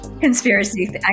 Conspiracy